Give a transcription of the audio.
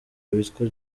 witwa